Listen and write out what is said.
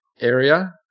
area